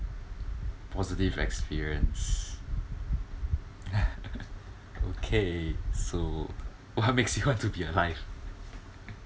positive experience okay so what makes you want to be alive